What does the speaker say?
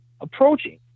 approaching